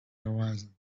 horizon